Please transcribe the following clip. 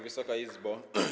Wysoka Izbo!